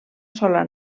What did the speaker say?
sola